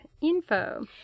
info